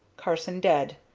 carson dead.